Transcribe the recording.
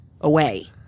away